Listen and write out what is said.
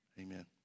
Amen